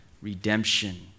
redemption